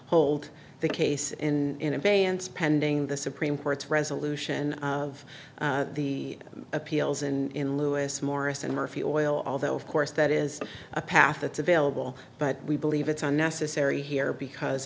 hold the case in advance pending the supreme court's resolution of the appeals in lewis morris and murphy oil although of course that is a path it's available but we believe it's unnecessary here because